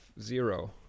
zero